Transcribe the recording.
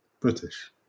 British